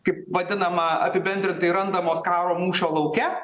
kaip vadinama apibendrintai randamos karo mūšio lauke